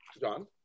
John